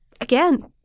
again